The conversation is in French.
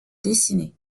dessinée